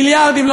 מיליארדים,